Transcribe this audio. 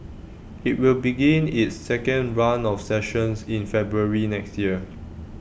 IT will begin its second run of sessions in February next year